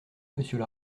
monsieur